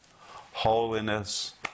holiness